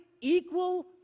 equal